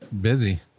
busy